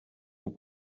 vous